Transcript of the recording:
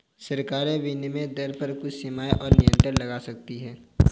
सरकारें विनिमय दर पर कुछ सीमाएँ और नियंत्रण लगा सकती हैं